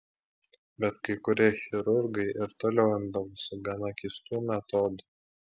bet kai kurie chirurgai ir toliau imdavosi gana keistų metodų